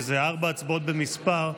וזה ארבע הצבעות במספר,